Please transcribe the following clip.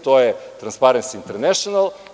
To je „Transparency international“